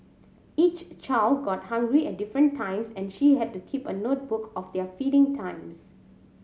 each child got hungry at different times and she had to keep a notebook of their feeding times